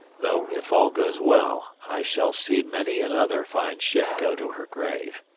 though, if all goes well, i shall see many another fine ship go to her grave.